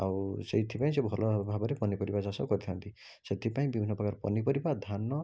ଆଉ ସେଥିପାଇଁ ସେ ଭଲ ଭାବରେ ପନିପରିବା ଚାଷ କରିଥାନ୍ତି ସେଥିପାଇଁ ବିଭିନ୍ନ ପ୍ରକାର ପନିପରିବା ଧାନ